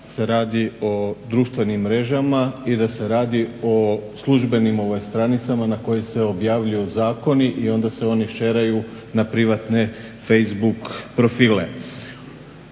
se radi o društvenim mrežama i da se radi o službenim stranicama na kojima se objavljuju zakoni i onda se oni šeraju na privatne Facebook profile.